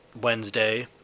Wednesday